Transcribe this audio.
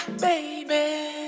baby